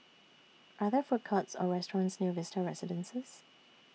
Are There Food Courts Or restaurants near Vista Residences